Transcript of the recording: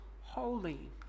holy